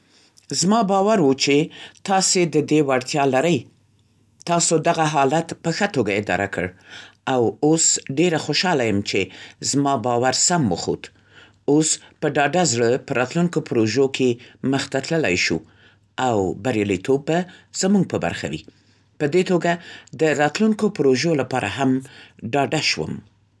زما باور و چې تاسې د دې وړتیا لرئ. تاسو دا حالت په ښه توګه اداره کړ او اوس ډېره خوشحاله یم چې زما باور سم وخوت. اوس په ډاډه زړه په راتلونکو پروژو کې مخ ته تللی شو او بریالیتوب به زموږ په برخه وي. په دې توګه د راتلونکو پروژه لپاره هم ډاډه شوم.